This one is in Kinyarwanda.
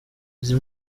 izi